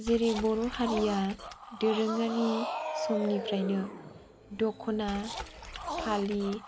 जेरै बर' हारिया दोरोङारि समनिफ्रायनो दख'ना फालि